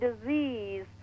disease